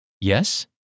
Yes